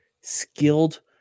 skilled